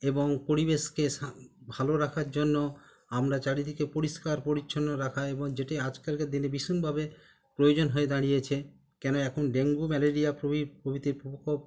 এবং পরিবেশকে সা ভালো রাখার জন্য আমরা চারিদিকে পরিষ্কার পরিচ্ছন্ন রাখা এবং যেটি আজকালকার দিনে ভীষণভাবে প্রয়োজন হয়ে দাঁড়িয়েছে কেন এখন ডেঙ্গু ম্যালেরিয়া প্রভৃতির প্রকোপ